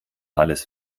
alles